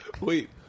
Wait